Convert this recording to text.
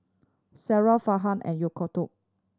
Sarah Farhan and Yaakob